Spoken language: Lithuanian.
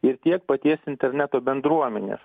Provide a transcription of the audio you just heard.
ir tiek paties interneto bendruomenės